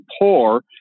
poor